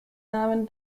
namen